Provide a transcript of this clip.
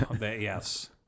Yes